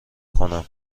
کنم